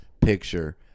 picture